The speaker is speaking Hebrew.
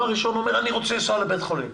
ראשון אומר: אני רוצה לנסוע לבית חולים,